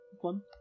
one